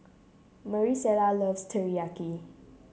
Marisela loves Teriyaki